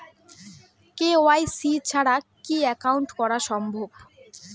KYC ছাড়া কি account করা সম্ভব?